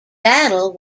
battle